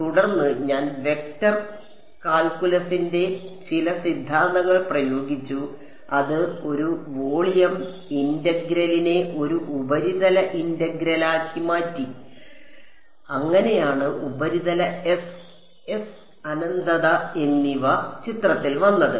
തുടർന്ന് ഞാൻ വെക്റ്റർ കാൽക്കുലസിന്റെ ചില സിദ്ധാന്തങ്ങൾ പ്രയോഗിച്ചു അത് ഒരു വോളിയം ഇന്റഗ്രലിനെ ഒരു ഉപരിതല ഇന്റഗ്രലാക്കി മാറ്റി അങ്ങനെയാണ് ഉപരിതല എസ് എസ് അനന്തത എന്നിവ ചിത്രത്തിൽ വന്നത്